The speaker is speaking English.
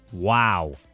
Wow